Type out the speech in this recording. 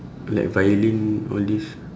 like violin all this